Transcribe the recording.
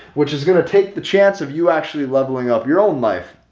which is going to take the chance of you actually leveling up your own life.